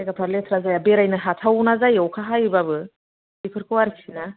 जायगाफोरा लेथ्रा जाया बेरायनो हाथावना जायो अखा हायोब्लाबो बेफोरखौ आरखि ना